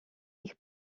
ich